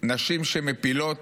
נשים שמפילות